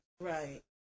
Right